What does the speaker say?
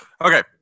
Okay